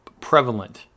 prevalent